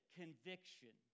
conviction